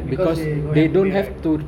because they don't have to pay rent